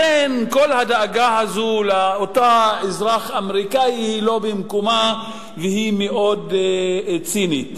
לכן כל הדאגה הזאת לאותו אזרח אמריקני היא לא במקומה והיא מאוד צינית.